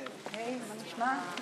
ברכות.